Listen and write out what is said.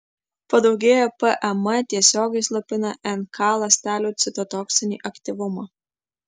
padaugėję pam tiesiogiai slopina nk ląstelių citotoksinį aktyvumą